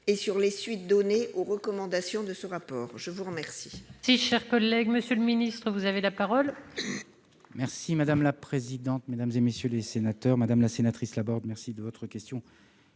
et sur les suites données aux recommandations de ce rapport. La parole